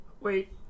Wait